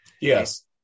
Yes